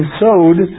sowed